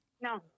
No